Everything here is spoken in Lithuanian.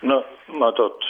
na matot